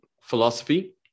philosophy